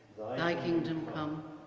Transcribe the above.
thy kingdom come,